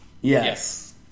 Yes